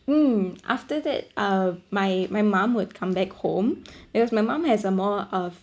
mm after that uh my my mom would come back home because my mom has a more uh